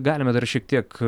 galime dar šiek tiek